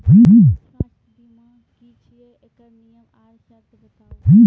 स्वास्थ्य बीमा की छियै? एकरऽ नियम आर सर्त बताऊ?